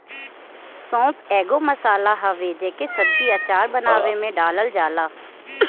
सौंफ एगो मसाला हवे जेके सब्जी, अचार बानवे में डालल जाला